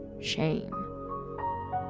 Shame